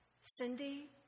Cindy